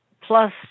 plus